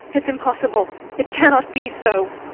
it's impossible! it cannot be so!